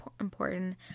important